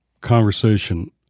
conversation